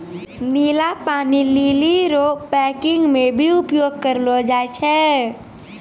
नीला पानी लीली रो पैकिंग मे भी उपयोग करलो जाय छै